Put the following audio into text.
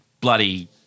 bloody